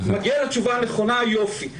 אם הוא מגיע לתשובה הנכונה יופי.